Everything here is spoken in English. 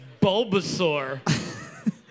Bulbasaur